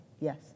Yes